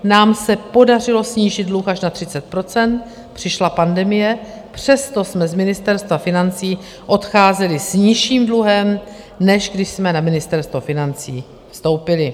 Nám se podařilo snížit dluh až na 30 %, přišla pandemie, přesto jsme z Ministerstva financí odcházeli s nižším dluhem, než když jsme na Ministerstvo financí vstoupili.